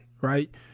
right